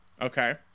Okay